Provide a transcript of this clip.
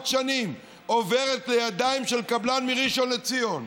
שנים עוברת לידיים של קבלן מראשון לציון.